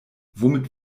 womit